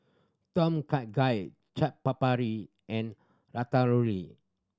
Tom Kha Gai Chaat Papri and Ratatouille